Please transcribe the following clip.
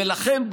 ולכן,